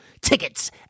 Tickets